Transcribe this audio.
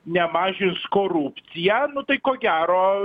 nemažins korupciją nu tai ko gero